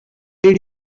did